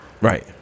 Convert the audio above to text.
right